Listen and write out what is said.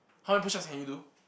how many push-ups can you do